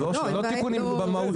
זה לא תיקונים במהות החוק.